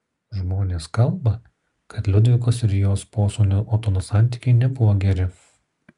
žmonės kalba kad liudvikos ir jos posūnio otono santykiai nebuvo geri